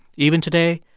even today,